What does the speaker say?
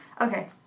Okay